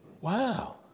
Wow